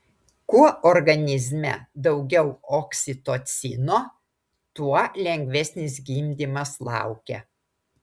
kuo organizme daugiau oksitocino tuo lengvesnis gimdymas laukia